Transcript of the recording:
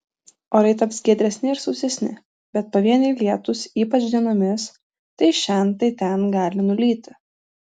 orai taps giedresni ir sausesni bet pavieniai lietūs ypač dienomis tai šen tai ten gali nulyti